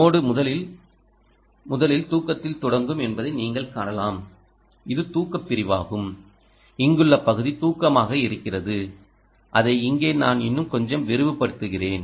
node முதலில் முதலில் தூக்கத்தில் தொடங்கும் என்பதை நீங்கள் காணலாம் இது தூக்கப் பிரிவாகும் இங்குள்ள பகுதி தூக்கமாக இருக்கிறது அதை இங்கே நான் இன்னும் கொஞ்சம் விரிவுபடுத்துகிறேன்